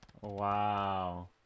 Wow